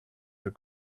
for